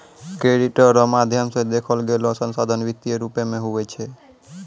credit रो माध्यम से देलोगेलो संसाधन वित्तीय रूप मे हुवै छै